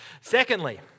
Secondly